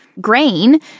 grain